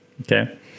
Okay